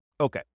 Okay